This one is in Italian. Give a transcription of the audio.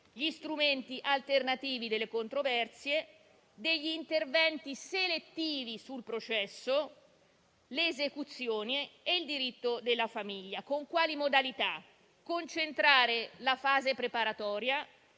gli strumenti alternativi per la risoluzione delle controversie, gli interventi selettivi sul processo, le esecuzioni e il diritto di famiglia. Con quali modalità? Concentrare la fase preparatoria,